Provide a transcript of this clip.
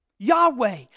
Yahweh